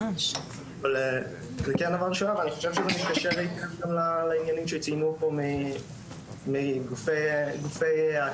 אני חושב שזה מתקשר גם לעניינים שציינו פה מגופי האקלים,